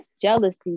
jealousy